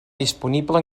disponible